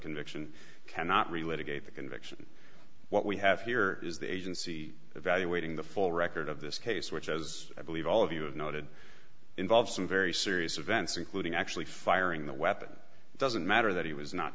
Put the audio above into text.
conviction cannot relate a gate the conviction what we have here is the agency evaluating the full record of this case which as i believe all of you have noted involves some very serious events including actually firing the weapon doesn't matter that he was not